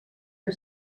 que